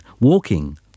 walking